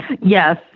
Yes